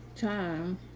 time